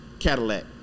Cadillac